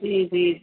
جی جی